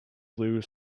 blue